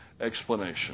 explanation